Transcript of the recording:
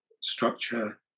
structure